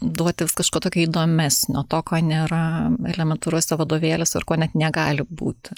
duoti vis kažko tokio įdomesnio to ko nėra elementariuose vadovėliuose ir ko net negali būti